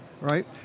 right